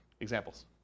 Examples